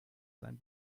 sein